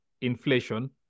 inflation